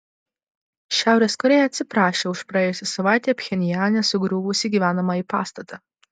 šiaurės korėja atsiprašė už praėjusią savaitę pchenjane sugriuvusį gyvenamąjį pastatą